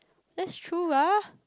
that's true lah